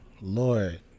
Lord